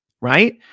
right